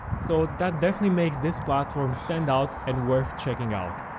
so that definitely makes this platform stand out and worth checking out.